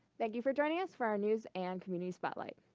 thank you for joining us for our news and community spotlight.